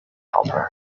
helper